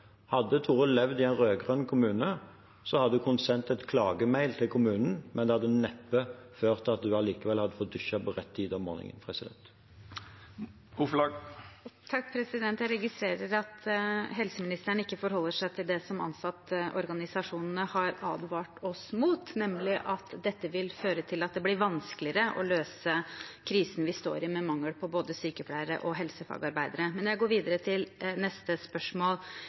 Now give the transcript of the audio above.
hadde neppe ført til at hun hadde fått dusjet til rett tid om morgenen. Jeg registrerer at helseministeren ikke forholder seg til det som ansattorganisasjonene har advart oss mot, nemlig at dette vil føre til at det blir vanskeligere å løse krisen vi står i, med mangel på både sykepleiere og helsefagarbeidere. Men jeg går videre til neste spørsmål.